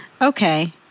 Okay